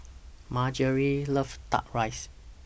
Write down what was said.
Margery loves Duck Rice